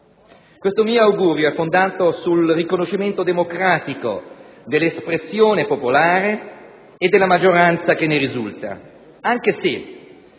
Questo mio augurio è fondato sul riconoscimento democratico dell'espressione popolare e della maggioranza che ne risulta, anche se,